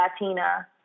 Latina